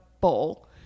bowl